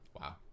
Wow